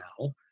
now